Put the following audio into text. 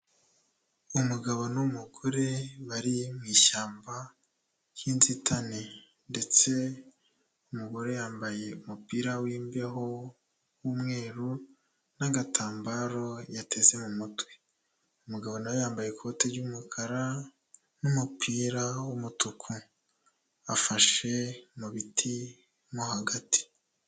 Umugabo n'umugore bari mu ishyamba ry'inzitane, ndetse umugore yambaye umupira w'imbeho w'umweru n'agatambaro yateze mu mutwe, umugabo na we yambaye ikoti ry'umukara n'umupira w'umutuku, afashe mu biti mo hagati.